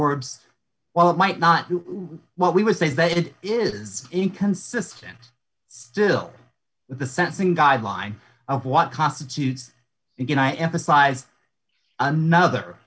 words while it might not do what we would say that it is inconsistent still the sentencing guideline of what constitutes a good night emphasized another